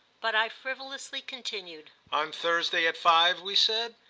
but i frivolously, continued. on thursday at five, we said?